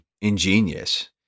ingenious